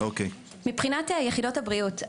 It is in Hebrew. מבחינת יחידות הבריאות,